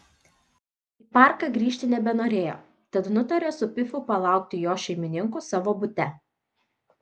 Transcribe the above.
į parką grįžti nebenorėjo tad nutarė su pifu palaukti jo šeimininkų savo bute